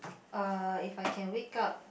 uh if I can wake up